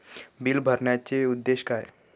Bill भरण्याचे उद्देश काय?